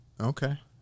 Okay